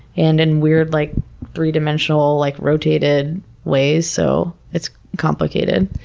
and in weird, like three-dimensional, like, rotated ways, so it's complicated.